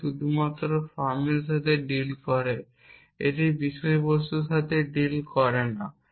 এটি শুধুমাত্র ফর্মের সাথে ডিল করে এটি বিষয়বস্তুর সাথে ডিল করে না